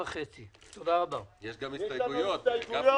הסתייגויות.